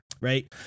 Right